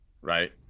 right